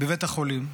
בבית החולים.